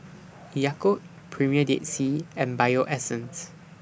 Yakult Premier Dead Sea and Bio Essence